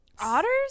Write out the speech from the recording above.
Otters